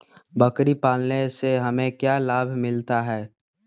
बकरी पालने से हमें क्या लाभ मिलता है?